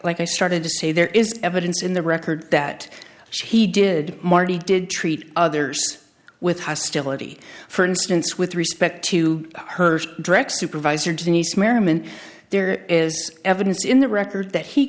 like i started to say there is evidence in the record that he did marty did treat others with hostility for instance with respect to her direct supervisor denise merriman there is evidence in the record that he